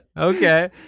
okay